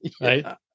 Right